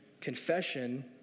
Confession